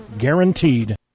Guaranteed